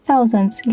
Thousands